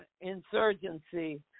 insurgency